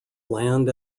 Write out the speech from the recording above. land